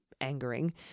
angering